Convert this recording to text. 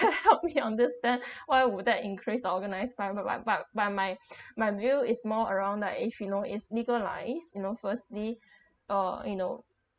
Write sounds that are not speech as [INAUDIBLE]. help me understand why would that increase the organised crime but but but but my [BREATH] my view is more around like if you know is legalise you know firstly uh you know